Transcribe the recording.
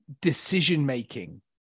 decision-making